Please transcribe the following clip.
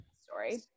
story